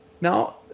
Now